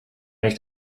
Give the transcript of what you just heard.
nicht